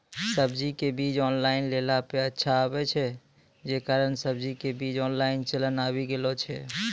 सब्जी के बीज ऑनलाइन लेला पे अच्छा आवे छै, जे कारण सब्जी के बीज ऑनलाइन चलन आवी गेलौ छै?